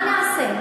מה נעשה?